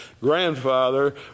grandfather